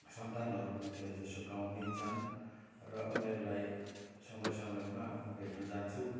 सन्तानहरू पनि धेरै जसो गाउँमै छन् र उनीहरूलाई समय समयमा म भेट्न जान्छु